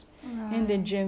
what